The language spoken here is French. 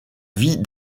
vie